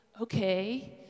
okay